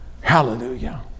Hallelujah